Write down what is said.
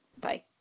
bye